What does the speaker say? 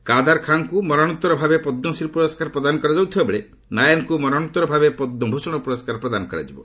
କାଦର ଖାଁଙ୍କୁ ମରଣୋତ୍ତରଭାବେ ପଦ୍କଶ୍ରୀ ପୁରସ୍କାର ପ୍ରଦାନ କରାଯାଉଥିବା ବେଳେ ନ୍ୟାୟାରଙ୍କୁ ମରଣୋତ୍ତର ପଦ୍ମଭୂଷଣ ପ୍ରଦାନ କରାଯିବ